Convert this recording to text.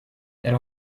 elle